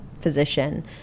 physician